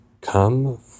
come